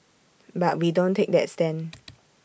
but we don't take that stand